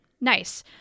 Nice